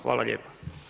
Hvala lijepa.